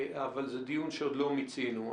אבל זה דיון שעוד לא מיצינו.